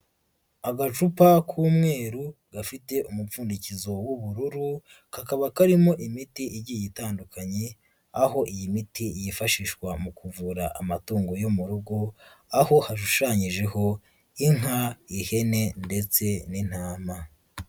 Agacupa k'umweru gafite umupfundikizo w'ubururu, kakaba karimo imiti igiye itandukanye, aho iyi miti yifashishwa mu kuvura amatungo yo mu rugo, aho hashushanyijeho inka, ihene ndetse n'intama.